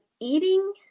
eating